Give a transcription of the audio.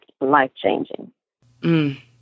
life-changing